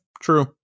true